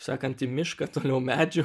sakant į mišką toliau medžių